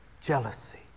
jealousy